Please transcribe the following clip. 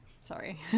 Sorry